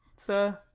sir.